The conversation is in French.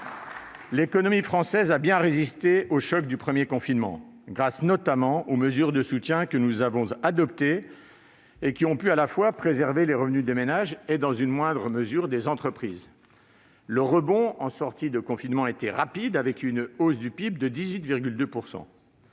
L'économie française a bien résisté au choc du premier confinement, grâce, notamment, aux mesures de soutien que nous avons adoptées et qui ont pu à la fois préserver les revenus des ménages et, dans une moindre mesure, des entreprises. Le rebond en sortie de confinement a été rapide, avec une hausse du PIB de 18,2 %.